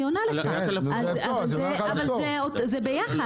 זה ביחד.